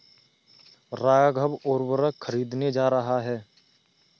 राघव उर्वरक खरीदने जा रहा है